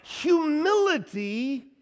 Humility